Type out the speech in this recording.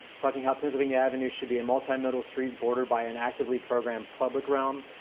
talking how pennsylvania avenue should be a multi-middle street bordered by an actively programmed public realm.